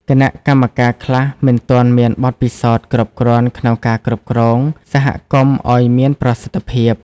គណៈកម្មការខ្លះមិនទាន់មានបទពិសោធន៍គ្រប់គ្រាន់ក្នុងការគ្រប់គ្រងសហគមន៍ឲ្យមានប្រសិទ្ធភាព។